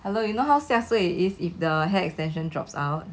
hello you know how xia suay it is if the hair extension drops out